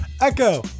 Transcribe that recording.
Echo